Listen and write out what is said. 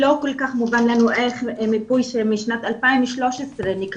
לא כל כך מובן לנו איך מיפוי שמשנת 2013 נקבע,